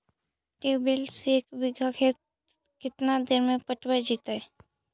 Tubewell से एक बिघा खेत केतना देर में पटैबए जितै?